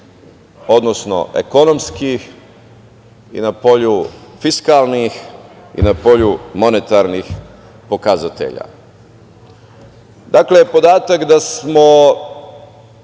odnosno ekonomskih i na polju fiskalnih i na polju monetarnih pokazatelja. Dakle, podatak da smo